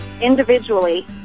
individually